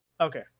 Okay